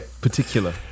particular